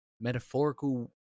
metaphorical